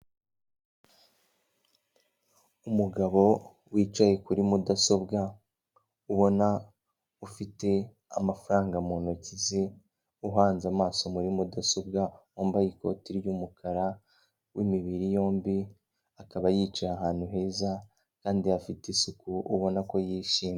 Umugabo wicaye kuri mudasobwa, ubona ufite amafaranga mu ntoki ze, uhanze amaso muri mudasobwa, wambaye ikoti ry'umukara, w'imibiri yombi, akaba yicaye ahantu heza kandi hafite isuku, ubona ko yishimye.